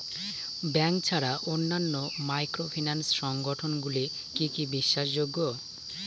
Bank ছাড়া অন্যান্য microfinance সংগঠন গুলি কি বিশ্বাসযোগ্য?